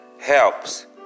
helps